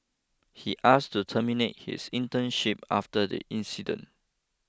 he asked to terminate his internship after the incident